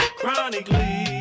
chronically